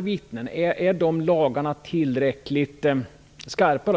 vittnen hotas. Är de lagarna tillräckligt skarpa?